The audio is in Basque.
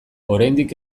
oraindik